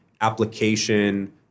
application